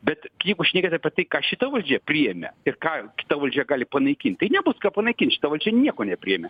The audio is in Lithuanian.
bet jeigu šnekėt apie tai ką šita valdžia priėmė ir ką kita valdžia gali panaikint tai nebus ką panaikint šitą valdžia nieko nepriėmė